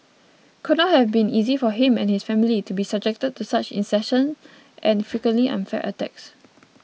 could not have been easy for him and his family to be subjected to such incessant and frequently unfair attacks